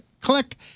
click